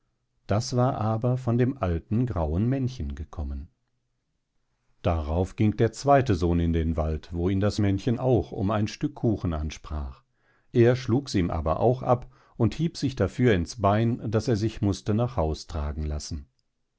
das war aber von dem alten grauen männchen gekommen darauf ging der zweite sohn in den wald wo ihn das männchen auch um ein stück kuchen ansprach er schlugs ihm aber auch ab und hieb sich dafür ins bein daß er sich mußte nach haus tragen lassen